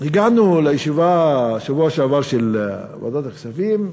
הגענו בשבוע שעבר לישיבה של ועדת הכספים,